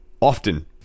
often